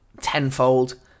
tenfold